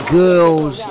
girls